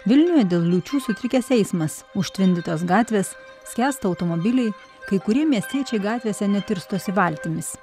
vilniuje dėl liūčių sutrikęs eismas užtvindytos gatvės skęsta automobiliai kai kurie miestiečiai gatvėse net irstosi valtimis